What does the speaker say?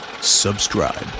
subscribe